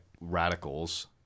radicals